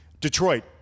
Detroit